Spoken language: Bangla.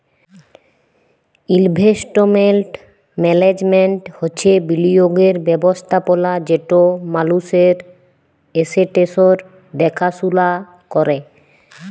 ইলভেস্টমেল্ট ম্যাল্যাজমেল্ট হছে বিলিয়গের ব্যবস্থাপলা যেট মালুসের এসেট্সের দ্যাখাশুলা ক্যরে